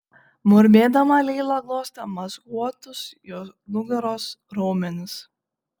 murmėdama leila glostė mazguotus jo nugaros raumenis